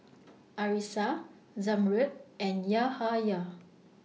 Arissa Zamrud and Yahaya